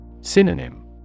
Synonym